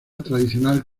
tradicional